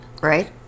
Right